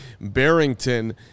Barrington